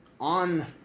on